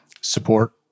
support